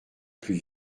plus